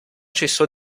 cessò